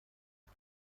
فکر